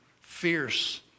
fierce